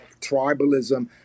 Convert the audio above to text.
tribalism